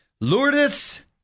Lourdes